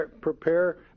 Prepare